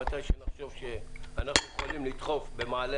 מתי שנחשוב שאנחנו יכולים לדחוף במעלה